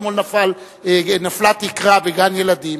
אתמול נפלה תקרה בגן-ילדים,